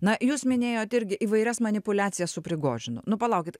na jūs minėjot irgi įvairias manipuliacijas su prigožinu nu palaukit